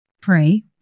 pray